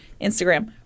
instagram